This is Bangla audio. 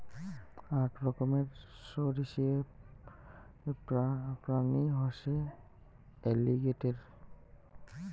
আক রকমের সরীসৃপ প্রাণী হসে এলিগেটের